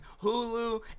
Hulu